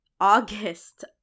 August